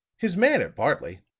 his manner, partly,